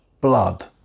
blood